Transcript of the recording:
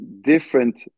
different